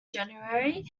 january